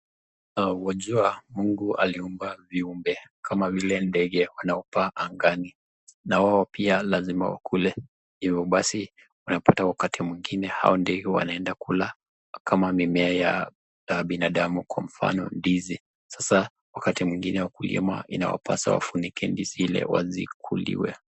Wajua Mungu aliumba viumbe kama vile ndege wanaopaa angani na wao pia lazima wakule. Hivo basi wanapata wakati mwingine hao ndio wanaenda kula kama mimea ya binadamu kwa mfano ndizi. Sasa wakati mwingine wakulima inawapasa wafunike ndizi ile wazikuliwe.